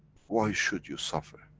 why should you suffer?